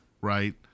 Right